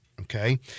okay